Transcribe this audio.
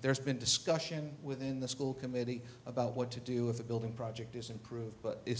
there's been discussion within the school committee about what to do if a building project is improved but i